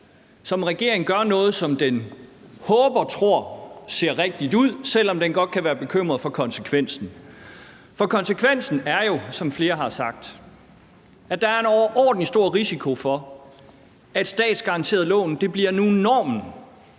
at regeringen gør noget, som den håber og tror ser rigtigt ud, selv om den godt kan være bekymret for konsekvensen. For konsekvensen er jo, som flere har sagt, at der er en overordentlig stor risiko for, at statsgaranterede lån nu bliver normen